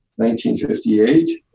1958